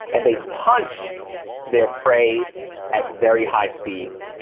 and they punch their prey at very high speeds,